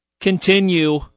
continue